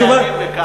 נציגים בחו"ל.